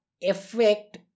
effect